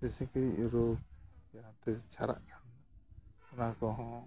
ᱥᱮ ᱥᱤᱠᱲᱤᱡ ᱨᱳᱜᱽ ᱡᱟᱦᱟᱸᱛᱮ ᱡᱷᱟᱨᱟᱜ ᱠᱟᱱ ᱚᱱᱟ ᱠᱚᱦᱚᱸ